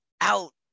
out